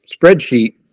spreadsheet